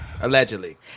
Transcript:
Allegedly